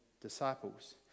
disciples